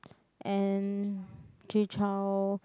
and Jay Chou